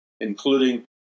including